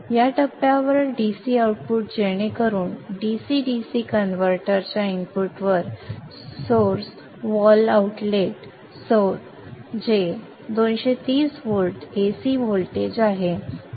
या टप्प्यावर DC output जेणेकरुन DC DC कन्व्हर्टरच्या इनपुटवर स्त्रोत वॉल आउटलेट स्त्रोत जे 230 व्होल्ट AC व्होल्टेज आहे ते दिले जाऊ शकते